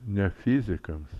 ne fizikams